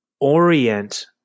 orient